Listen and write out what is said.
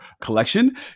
collection